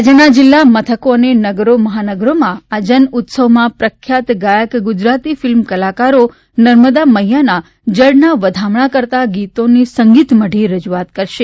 રાજ્યના જિલ્લા મથકો અને નગરો મહાનગરોમાં આ જનઉત્સવમાં પ્રખ્યાત ગાયકો ગુજરાતી ફિલ્મ કલાકારો નર્મદા મૈયાના જળના વધામણા કરતાં ગીતોની સંગીત મઢી રજૂઆત કરશે